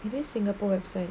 singapore website